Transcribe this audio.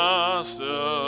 Master